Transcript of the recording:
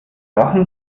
wochen